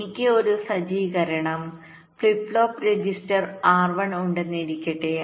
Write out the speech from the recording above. എനിക്ക് ഒരു സജ്ജീകരണം ഫ്ലിപ്പ് ഫ്ലോപ്പ് രജിസ്റ്റർR1 ഉണ്ടായിരിക്കട്ടെ